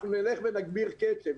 אנחנו נלך ונגביר קצב.